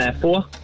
Four